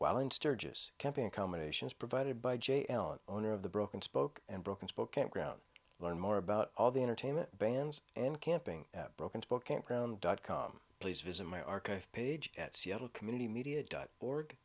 while in sturgis camping accommodations provided by j l an owner of the broken spoke and broken spoken ground learn more about all the entertainment bans and camping broken to book campground dot com please visit my archive page at seattle community media dot org